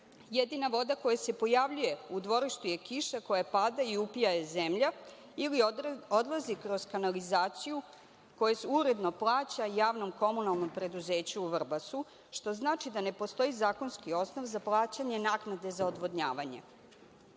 Jedina voda koja se pojavljuje u dvorištu je kiša koja pada i upija je zemlja ili odlazi kroz kanalizaciju, koja se uredno plaća javnom komunalnom preduzeću u Vrbasu, što znači da ne postoji zakonski osnov za plaćanje naknade za odvodnjavanje. Ona